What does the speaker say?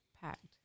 packed